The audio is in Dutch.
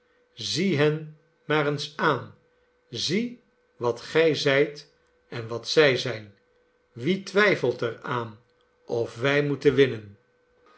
zie hen maar eens aan zie wat gij zijt en wat zij zijn wie twijfelt er aan of wij moeten winnen